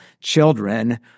Children